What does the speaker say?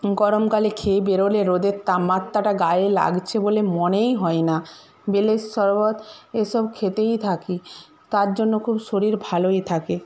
গরমকালে খেয়ে বেরোলে রোদের তামমাত্তাটা গায়ে লাগছে বলে মনেই হয় না বেলের শরবত এসব খেতেই থাকি তার জন্য খুব শরীর ভালোই থাকে